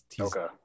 Okay